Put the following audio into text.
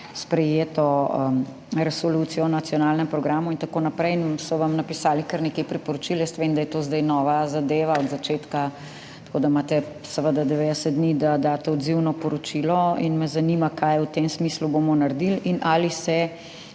sprejeto resolucijo o nacionalnem programu in tako naprej in so vam napisali kar nekaj priporočil. Jaz vem, da je to zdaj nova zadeva, od začetka, tako da imate seveda 90 dni, da daste odzivno poročilo. Zanima me: Kaj bomo naredili s